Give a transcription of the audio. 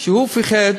שהוא פחד